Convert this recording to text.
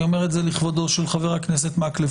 אני אומר את זה לכבודו של חבר הכנסת מקלב,